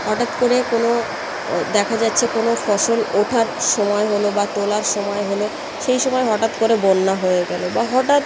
হঠাৎ করে কোনো দেখা যাচ্ছে কোনো ফসল ওঠার সময় হলো বা তোলার সময় হলো সেই সময় হঠাৎ করে বন্যা হয়ে গেলো বা হঠাৎ